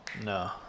No